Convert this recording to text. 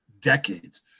decades